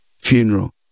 funeral